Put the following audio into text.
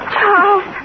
Charles